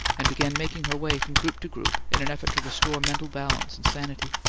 and began making her way from group to group in an effort to restore mental balance and sanity.